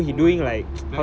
oh my god